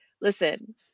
listen